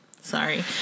sorry